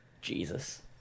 Jesus